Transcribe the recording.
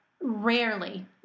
rarely